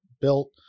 built